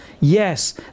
yes